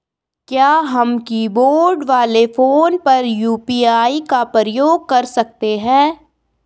क्या हम कीबोर्ड वाले फोन पर यु.पी.आई का प्रयोग कर सकते हैं?